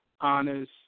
honors